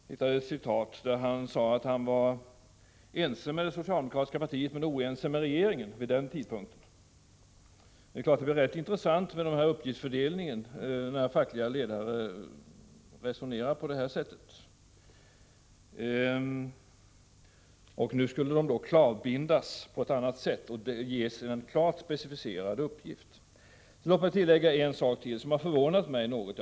Han sade att han vid den tidpunkten var ense med det socialdemokratiska partiet men oense med regeringen. Uppgiftsfördelningen blir rätt intressant då fackliga ledare resonerar på det sättet. Nu skulle de alltså klavbindas på ett annat sätt och ges en klart specificerad uppgift. Låt mig tillägga en sak som har förvånat mig något.